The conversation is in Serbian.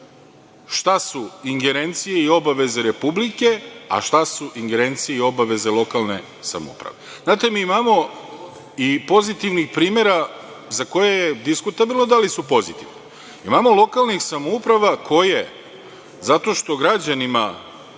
šta su ingerencije i obaveze Republike, a šta su ingerencije i obaveze lokalne samouprave. Znate, mi imamo i pozitivnih primera za koje je diskutabilno da li su pozitivni. Imamo lokalnih samouprava koje, zato što građanima